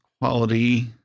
quality